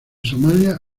somalia